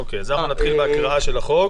נתחיל בהקראה של החוק.